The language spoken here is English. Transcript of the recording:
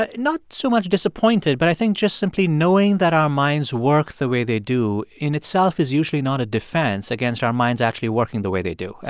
but not so much disappointed, but i think just simply knowing that our minds work the way they do in itself is usually not a defense against our minds actually working the way they do.